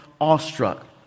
awestruck